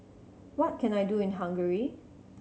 what can I do in Hungary